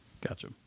Gotcha